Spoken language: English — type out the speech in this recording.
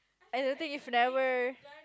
I don't think if never